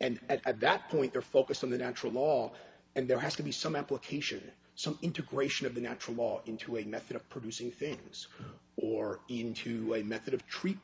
and at that point they're focused on the natural law and there has to be some application some integration of the natural law into a method of producing things or into a method of treat